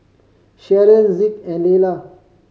Sharon Zeke and Leila